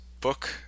book